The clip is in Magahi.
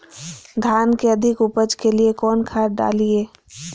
धान के अधिक उपज के लिए कौन खाद डालिय?